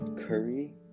Curry